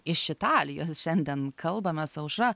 iš italijos šiandien kalbamės su aušra